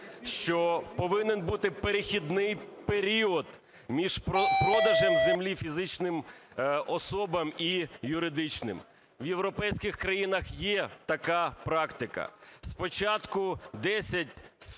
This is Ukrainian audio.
Що повинен бути перехідний період між продажем землі фізичним особам і юридичним. В європейських країнах є така практика: спочатку 10,